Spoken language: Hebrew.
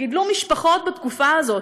גידלו משפחות בתקופה הזאת,